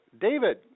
David